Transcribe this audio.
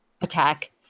attack